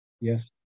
Yes